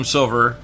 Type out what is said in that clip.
Silver